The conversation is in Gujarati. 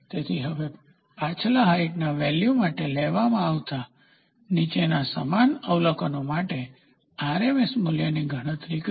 તેથી હવે પાછલા હાઇટના વેલ્યુ માટે લેવામાં આવતા નીચેના સમાન અવલોકનો માટે RMS મૂલ્યની ગણતરી કરો